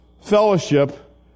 fellowship